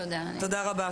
תודה רבה.